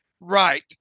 Right